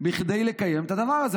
כדי לקיים את הדבר הזה,